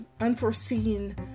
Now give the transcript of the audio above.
unforeseen